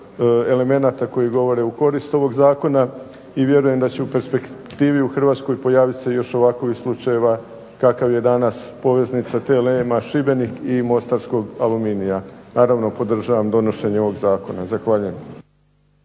elemenata koji govore u korist ovog zakona i vjerujem da će u perspektivi u Hrvatskoj pojavit se još ovakvih slučajeva kakav je danas poveznica TLM-a Šibenika i mostarskog Aluminija. Naravno, podržavam donošenje ovog zakona. Zahvaljujem.